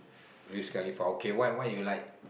Wiz-Khalifa okay what what you like